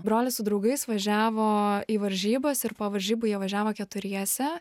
brolis su draugais važiavo į varžybas ir po varžybų jie važiavo keturiese